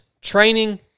training